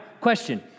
question